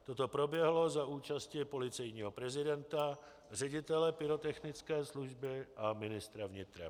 Toto proběhlo za účasti policejního prezidenta, ředitele pyrotechnické služby a ministra vnitra.